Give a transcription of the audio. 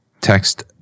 text